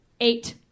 Eight